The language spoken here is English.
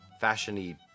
fashion-y